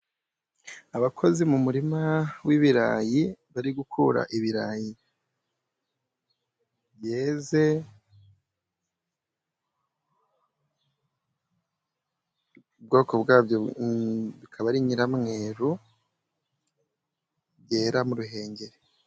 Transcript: Abakozi mu murima wibirayi, barikura ibirayi byeze, ubwoko bwabyo aba ari nyiramweru, byera mu Ruhengeri.